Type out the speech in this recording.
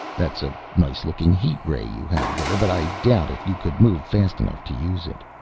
that's a nice looking heat ray you have there, but i doubt if you could move fast enough to use it.